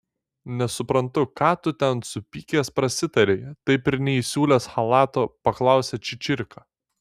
nesuprantu ką tu ten supykęs prasitarei taip ir neįsiūlęs chalato paklausė čičirka